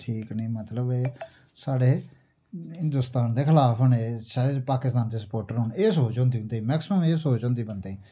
ठीक निं मतलव साढ़े हिन्दोस्तान दे खलाफ न एह् शायद पाकेस्तान दे स्पोर्टर होन एह् सोच होंदी उं'दी मैक्सिमम एह् सोच होंदी बंदें दी